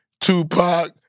Tupac